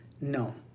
No